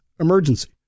emergency